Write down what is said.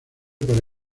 para